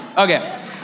Okay